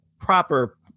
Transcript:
proper